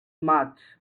much